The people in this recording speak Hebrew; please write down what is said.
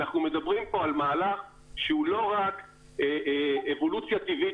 אנחנו מדברים פה על מהלך שהוא לא רק אבולוציה טבעית